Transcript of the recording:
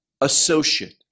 associate